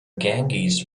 ganges